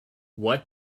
what